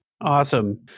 Awesome